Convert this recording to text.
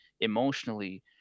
emotionally